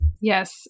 Yes